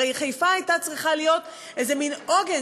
הרי חיפה הייתה צריכה להיות מין עוגן